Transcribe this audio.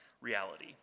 reality